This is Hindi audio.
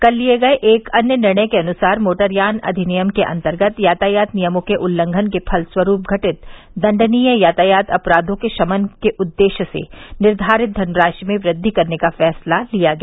कल लिये गये एक अन्य निर्णय के अनुसार मोटरयान अधिनियम के अन्तर्गत यातायात नियमों के उल्लंघन के फलस्वरूप घटित दण्डनीय यातायात अपराधों के शमन के उद्देश्य से निर्धारित धनराशि में वृद्धि करने का फैसला लिया गया